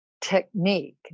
technique